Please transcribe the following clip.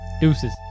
Deuces